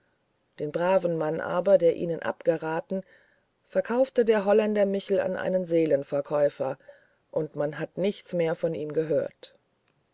den braven mann aber der ihnen abgeraten verkaufte der holländer michel an einen seelenverkäufer und man hat nichts mehr von ihm gehört